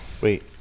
wait